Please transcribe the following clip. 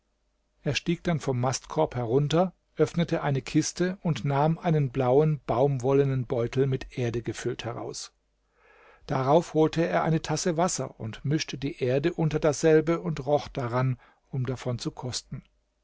er stieg dann vom mastkorb herunter öffnete eine kiste und nahm einen blauen baumwollenen beutel mit erde gefüllt heraus darauf holte er eine tasse wasser mischte die erde unter dasselbe und roch daran um davon zu kosten